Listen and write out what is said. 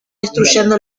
destruyendo